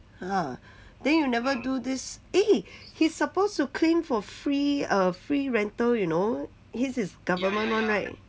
!huh! then you never do this eh he's supposed to claim for free err free rental you know his is government [one] [right]